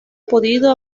podido